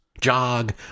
Jog